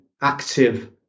active